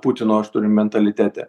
putino aš turiu mentalitete